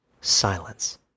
silence